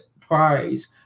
Prize